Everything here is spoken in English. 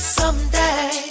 someday